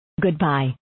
Goodbye